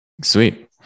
Sweet